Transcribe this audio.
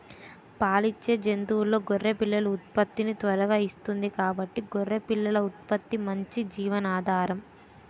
పాలిచ్చే జంతువుల్లో గొర్రె పిల్లలు ఉత్పత్తిని త్వరగా ఇస్తుంది కాబట్టి గొర్రె పిల్లల ఉత్పత్తి మంచి జీవనాధారం